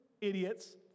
idiots